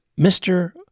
Mr